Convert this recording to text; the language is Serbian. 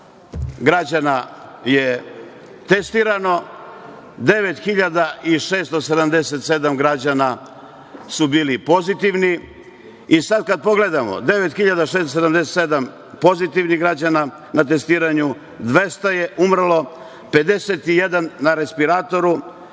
građana je testirano, 9.677 građana su bili pozitivni, i sad kad pogledamo 9.677 pozitivnih građana na testiranju, 200 je umrlo, 51 na respiratoru,